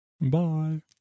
Bye